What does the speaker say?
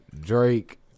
Drake